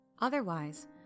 Otherwise